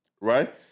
right